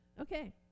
Okay